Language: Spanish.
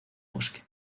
bosque